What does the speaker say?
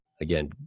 again